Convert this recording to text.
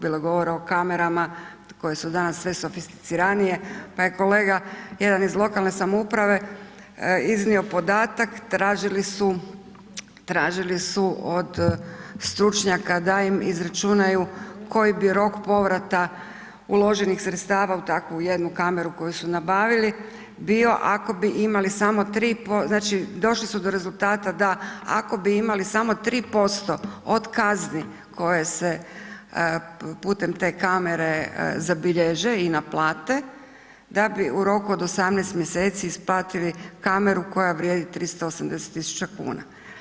Bilo je govora o kamerama koje su danas sve sofisticiranije pa je kolega jedan iz lokalne samouprave iznio podatak, tražili su od stručnjaka da im izračunaju koji bi rok povrata uloženih sredstava u takvu jednu kameru koju su nabavili bio, ako bi imali samo 3, znači došli su do rezultata da ako bi imali samo 3% od kazni koje se putem te kamere zabilježe i naplate, da bi u roku od 18 mjeseci isplatili kameru koja vrijedi 380.000 kuna.